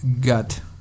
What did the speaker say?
gut